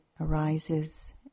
arises